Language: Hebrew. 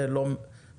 זה לא חדש,